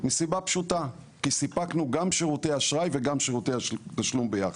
מסיבה פשוטה כי סיפקנו גם שירותי אשראי וגם שירותי תשלום ביחד.